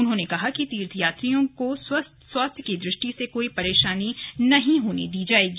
उन्होंने कहा कि तीर्थ यात्रियों को स्वास्थ्य की दृष्टि से कोई परेशानी नहीं होने दी जाएगी